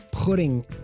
putting